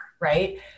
right